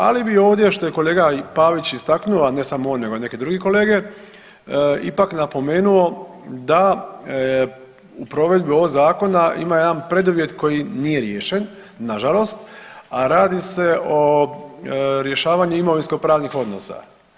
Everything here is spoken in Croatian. Ali bi ovdje što je i kolega Pavić istaknuo, a ne samo on nego i neke drugi kolege ipak napomenuo da u provedbi ovoga Zakona ima jedan preduvjet koji nije riješen na žalost, a radi se o rješavanju imovinskopravnih odnosa.